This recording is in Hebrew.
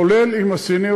כולל עם הסינים,